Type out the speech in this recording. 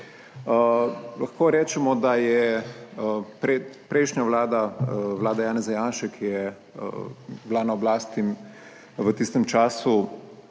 Lahko rečemo, da je predprejšnja Vlada, vlada Janeza Janše, ki je bila na oblasti v tistem času